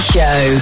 Show